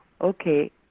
okay